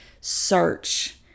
search